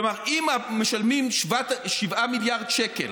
כלומר, אם משלמים 7 מיליארד שקל